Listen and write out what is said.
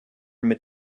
mit